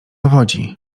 dowodzi